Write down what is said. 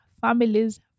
families